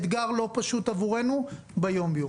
אתגר לא פשוט עבורנו ביום-יום.